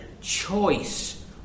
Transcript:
choice